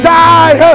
die